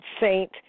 saint